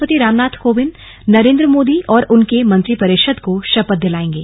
राष्ट्रपति रामनाथ कोविंद नरेन्द्र मोदी और उनकी मंत्रिपरिषद को शपथ दिलाएंगे